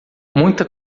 muita